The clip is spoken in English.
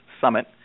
Summit